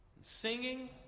singing